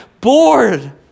bored